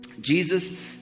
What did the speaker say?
Jesus